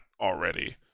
already